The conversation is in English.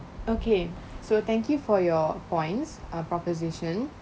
okay so thank you for your points uh proposition